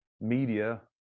media